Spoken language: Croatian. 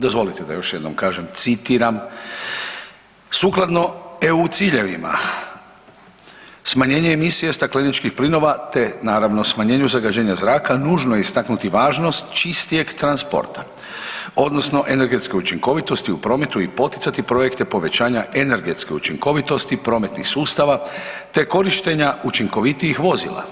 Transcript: Dozvolite da još jednom kažem citiram, sukladno EU ciljevima smanjene emisije stakleničkih plinova te naravno smanjenju zagađenja zraka nužno je istaknuti važnost čistijeg transporta odnosno energetske učinkovitosti u prometu i poticati projekte povećanja energetske učinkovitosti, prometnih sustava te korištenja učinkovitijih vozila.